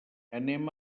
anem